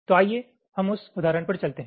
तो आइए हम उस उदाहरण पर चलते हैं